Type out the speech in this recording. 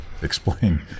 Explain